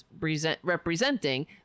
representing